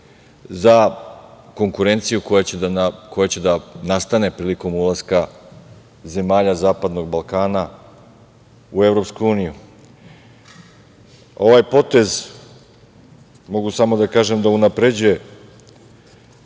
za konkurenciju koja će da nastane prilikom ulaska zemalja Zapadnog Balkana u Evropsku uniju. Ovaj potez mogu samo da kažem da unapređuje